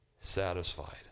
satisfied